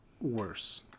worse